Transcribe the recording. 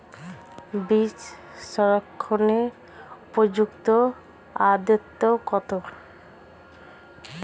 বীজ সংরক্ষণের উপযুক্ত আদ্রতা কত?